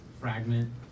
fragment